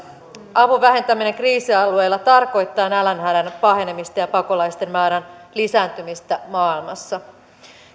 avun vähentäminen kriisialueilla tarkoittaa nälänhädän pahenemista ja pakolaisten määrän lisääntymistä maailmassa